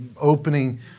opening